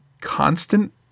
constant